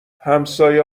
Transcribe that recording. همسایه